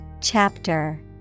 Chapter